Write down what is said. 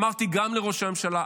אמרתי גם לראש הממשלה,